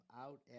out